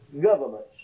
governments